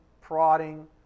prodding